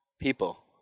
people